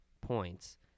points